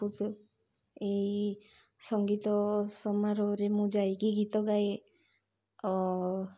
ଏଇ ସଙ୍ଗୀତ ସମାରୋହରେ ମୁଁ ଯାଇକି ଗୀତ ଗାଏ